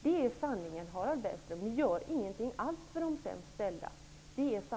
Det är sanningen, Harald Bergström. Ni gör ingenting alls för de sämst ställda.